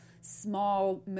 small